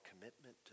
commitment